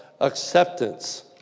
acceptance